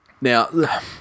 Now